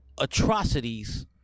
atrocities